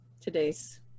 today's